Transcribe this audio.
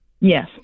Yes